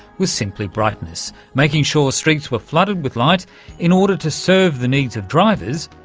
was simply brightness, making sure streets were flooded with light in order to serve the needs of drivers,